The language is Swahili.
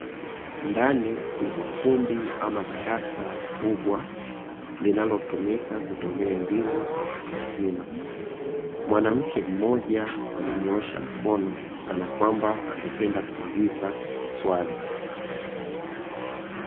Ndani ya ukumbi ama darasa kubwa linalotumika kutolea elimu kwa watu wazima, mwanamke mmoja amenyoosha mkono kana kwamba angependa kuuliza swali.